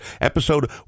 episode